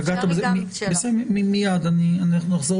אני חושב